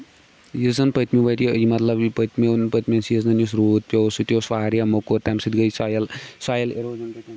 یُس زَن پٔتمہِ ؤریہِ مطلب یہِ پٔتمہِ پٔتمہِ سیٖزنہٕ یُس روٗد پیوو سُہ تہِ اوس واریاہ موٚکُر تَمہِ سۭتۍ گٔیہِ سۄیِل سۄیِل اِروجن گٔیہِ تمہِ سۭتۍ